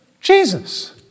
Jesus